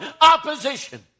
opposition